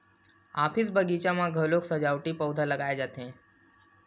office, बगीचा मन म घलोक सजावटी पउधा लगाए जाथे